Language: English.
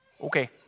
Okay